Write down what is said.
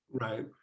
Right